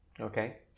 Okay